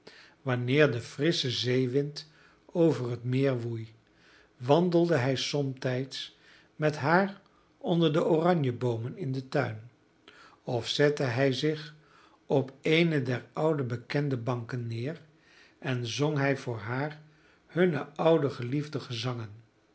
wanneer de frissche zeewind over het meer woei wandelde hij somtijds met haar onder de oranjeboomen in den tuin of zette hij zich op eene der oude bekende banken neer en zong hij voor haar hunne oude geliefde gezangen